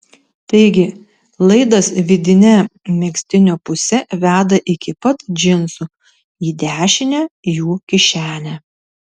taigi laidas vidine megztinio puse veda iki pat džinsų į dešinę jų kišenę